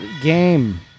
game